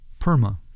PERMA